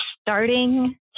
starting